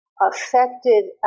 affected